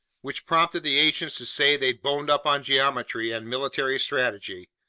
which prompted the ancients to say they'd boned up on geometry and military strategy.